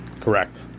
Correct